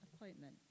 appointment